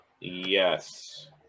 Yes